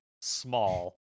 small